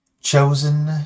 Chosen